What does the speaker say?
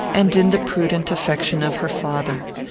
and in the prudent affection of her father.